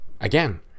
Again